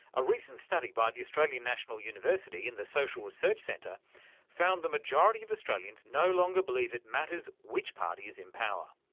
a recent study by the australian national university in the social research centre found the majority of australians no longer believe it matters which party is in power.